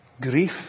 grief